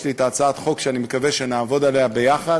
יש לי הצעת חוק שאני מקווה שנעבוד עליה יחד,